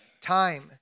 time